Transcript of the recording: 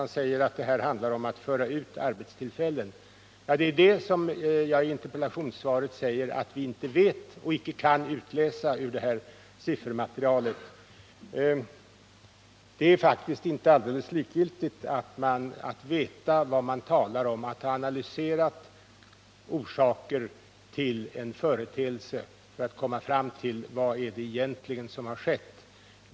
Han säger att det handlar om att föra ut arbetstillfällen. Men det är detta som jag i interpellationssvaret säger att vi inte vet och icke kan utläsa ur siffermaterialet. Det är faktiskt inte alldeles likgiltigt att veta vad man talar om, att ha analyserat orsaker till en företeelse för att komma fram till vad som egentligen har skett.